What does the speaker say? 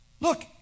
Look